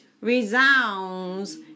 resounds